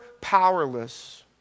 powerless